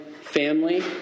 family